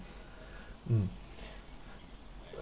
mm